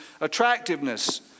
attractiveness